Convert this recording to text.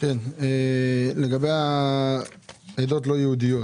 לגבי העדות הלא יהודיות,